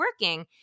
working